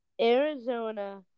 Arizona